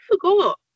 forgot